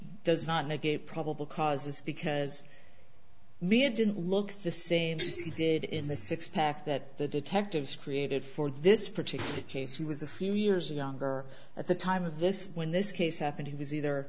does not negate probable cause is because it didn't look the same in the six pack that the detectives created for this particular case he was a few years younger at the time of this when this case happened he was either